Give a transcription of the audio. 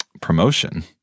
promotion